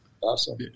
Awesome